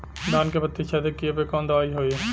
धान के पत्ती छेदक कियेपे कवन दवाई होई?